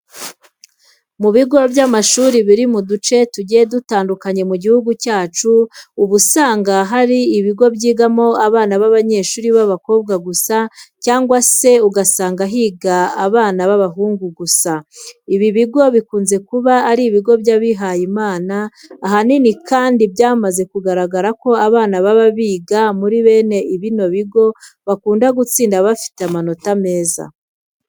Mu bigo by'amashuri biri mu duce tugiye dutandukanye mu gihugu cyacu, uba usanga hari ibigo byigamo abana b'abanyeshuri b'abakobwa gusa cyangwa se ugasanga higa abana b'abahungu gusa. Ibi bigo bikunze kuba ari ibigo by'abihayimana. Ahanini kandi byamaze kugaragara ko abana baba biga muri bene bino bigo bakunda gutsinda bafite amanota meza.